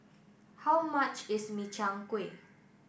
how much is Min Chiang Kueh